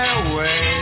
away